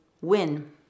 win